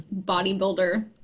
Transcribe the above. bodybuilder